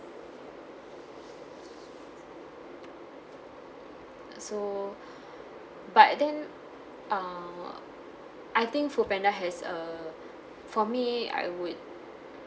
so but then err I think foodpanda has a for me I would